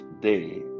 day